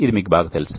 ఇది మీకు బాగా తెలుసు